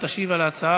ישיב על ההצעה